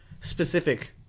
specific